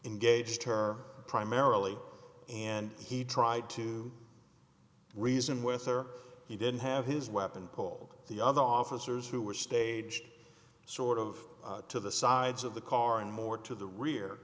engaged her primarily and he tried to reason with her he didn't have his weapon polled the other officers who were staged sort of to the sides of the car and more to the rear